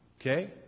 okay